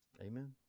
Amen